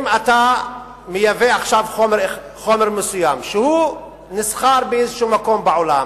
אם אתה מייבא עכשיו חומר מסוים שהוא נסחר באיזה מקום בעולם,